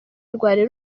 rwari